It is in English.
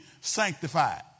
sanctified